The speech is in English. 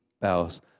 bows